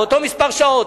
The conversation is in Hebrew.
אותו מספר שעות,